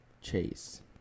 Chase